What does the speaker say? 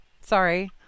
Sorry